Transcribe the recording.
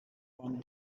one